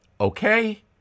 Okay